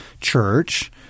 church